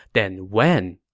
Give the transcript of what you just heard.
then when?